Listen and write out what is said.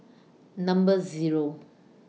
Number Zero